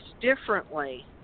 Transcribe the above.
differently